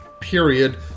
Period